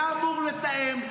היה אמור לתאם.